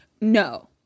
No